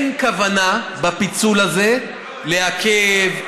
בפיצול הזה אין כוונה לעכב,